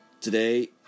Today